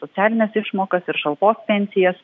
socialines išmokas ir šalpos pensijas